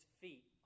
feet